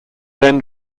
then